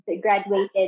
graduated